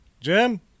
Jim